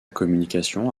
communication